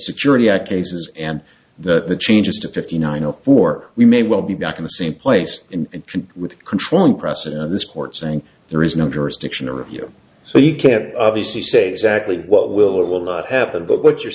security act cases and that the changes to fifty nine o four we may well be back in the same place and can control one precedent of this court saying there is no jurisdiction to review so you can't obviously say exactly what will it will not happen but what you're